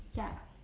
ya